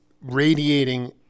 radiating